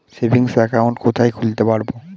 Savings account কোথায় খুলতে পারব?